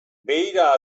beira